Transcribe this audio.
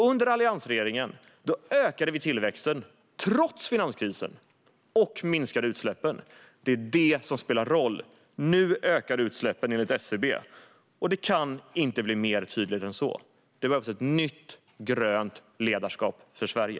Under alliansregeringen ökade vi tillväxten, trots finanskrisen, och minskade utsläppen. Det är det som spelar roll. Nu ökar utsläppen, enligt SCB. Det kan inte bli tydligare än så. Det behövs ett nytt grönt ledarskap för Sverige.